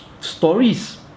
stories